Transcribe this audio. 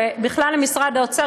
ובכלל למשרד האוצר,